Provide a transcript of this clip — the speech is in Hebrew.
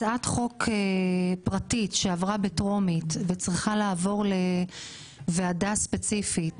הצעת חוק פרטית שעברה בטרומית וצריכה לעבור לוועדה ספציפית,